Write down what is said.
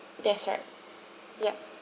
that's right yup